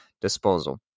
disposal